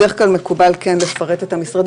בדרך כלל מקובל כן לפרט את המשרדים,